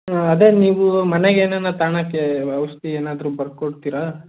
ಹಾಂ ಅದೇ ನೀವು ಮನೆಗೆ ಏನಾನ ತಗ್ಳಕ್ಕೆ ಔಷಧಿ ಏನಾದರೂ ಬರ್ಕೊಡ್ತೀರಾ